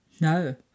No